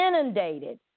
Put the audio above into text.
inundated